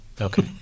Okay